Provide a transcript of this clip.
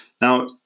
Now